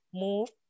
move